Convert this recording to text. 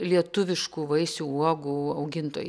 lietuviškų vaisių uogų augintojai